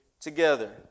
together